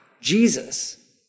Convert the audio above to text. Jesus